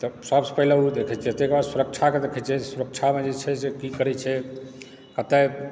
तऽ सभसँ पहिले ओ देखैत छै तकर बाद सुरक्षाकेँ देखैत छै कि सुरक्षामे जे छै से की करैत छै कतय